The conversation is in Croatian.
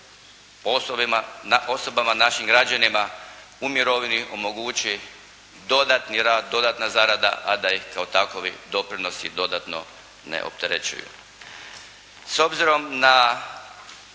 da se osobama, našim građanima u mirovini omogući dodatni rad, dodatna zarada, a da i kao takovi doprinosi dodatno ne opterećuju.